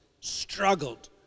struggled